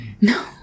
No